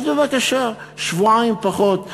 אז בבקשה, שבועיים פחות.